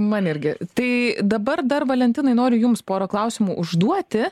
man irgi tai dabar dar valentinai noriu jums porą klausimų užduoti